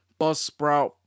Buzzsprout